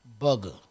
bugger